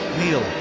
Neil